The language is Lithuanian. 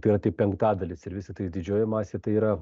tai yra tik penktadalis ir vis tiktai didžioji masė tai yra